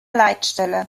leitstelle